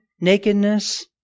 nakedness